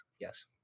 yes